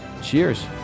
cheers